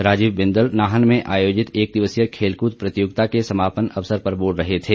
राजीव बिंदल नाहन में आयोजित एक दिवसीय खेलकूद प्रतियोगिता के समापन अवसर पर बोल रहे थे